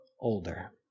older